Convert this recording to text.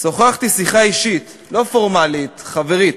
שוחחתי שיחה אישית, לא פורמלית, חברית,